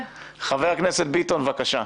חבר הכנסת ביטון, בבקשה.